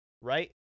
right